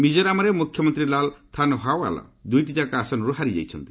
ମିକୋରାମ୍ରେ ମୁଖ୍ୟମନ୍ତ୍ରୀ ଲାଲ୍ ଥାନ୍ହୱାଲ୍ ଦୁଇଟିଯାକ ଆସନରୁ ହାରି ଯାଇଛନ୍ତି